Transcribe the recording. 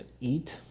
eat